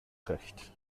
utrecht